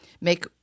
make